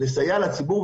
לסייע לציבור.